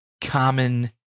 common